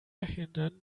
verhindern